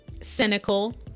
cynical